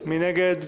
מי נגד?